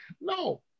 no